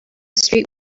street